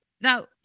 Now